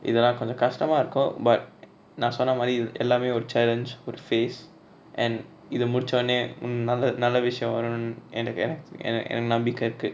இதலா கொஞ்சோ கஷ்டமா இருக்கு:ithala konjo kastama iruku but நா சொன்னமாரி இது எல்லாமே ஒரு:na sonnamari ithu ellame oru challenge ஒரு:oru face and இத முடிச்சொனே முன்:itha mudichone mun other other விசயோ வருணு என்ட எனக்கு என்ன என்ன நம்பிக்க இருக்கு:visayo varunu enta enaku enna enna nambika iruku